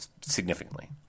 significantly